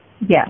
Yes